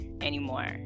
anymore